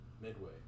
Midway